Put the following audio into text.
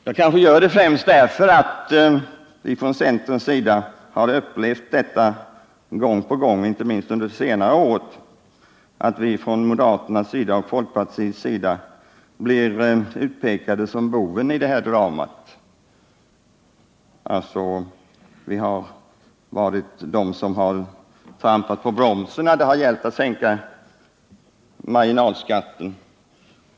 Jag gör det främst därför att vi i centern har upplevt gång på gång, inte minst under det senaste året, att moderater och folkpartister pekar ut oss som de som har trampat på bromsen när det gällt att sänka marginalskatten.